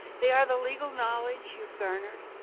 they are the legal knowledge you've garnered,